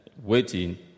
waiting